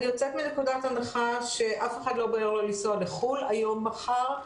אני יוצאת מנקודת הנחה שלאף אחד לא בוער לנסוע לחו"ל היום-מחר,